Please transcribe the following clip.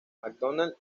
macdonald